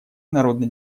народно